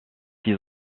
six